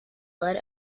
led